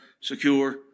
secure